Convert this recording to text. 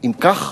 אם כך,